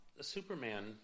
Superman